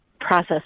process